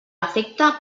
efecte